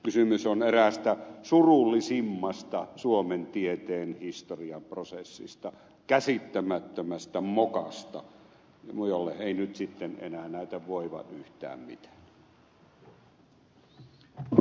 kysymys on eräästä surullisimmasta suomen tieteen historian prosessista käsittämättömästä mokasta jolle ei nyt sitten enää näytä voivan yhtään mitään